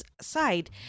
side